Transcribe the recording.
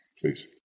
Please